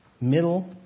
Middle